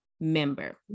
member